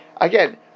Again